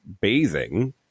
bathing